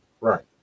right